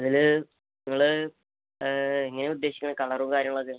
അതിൽ നിങ്ങൾ എങ്ങനെയാ ഉദ്ദേശിക്കുന്നത് കളറും കാര്യങ്ങളൊക്കെ